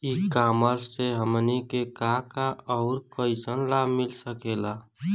ई कॉमर्स से हमनी के का का अउर कइसन लाभ मिल सकेला?